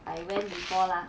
I went before lah